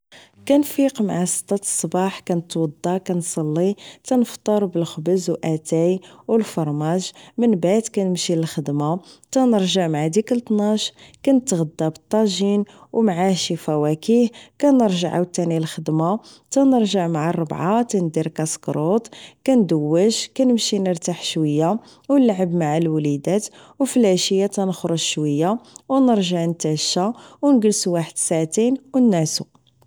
كنفيق مع الستة د الصباح كنتوضا كنصلي تنفطر بالخبز او اتاي او الفرماج من بعد كنمشي للخدمة كنرجع مع ديك الطناش كنتغدا بالطاجين او معه شي فواكه كنرجع عوتاني للخدمة تنرجع مع الربعوة تندير كسكروط كنمشي نرتاح شوية او نلعب مع الوليدات او فالعشية تنخرج شوية او نرجع نتعشا او نجلسو واحد ساعتين او نعسو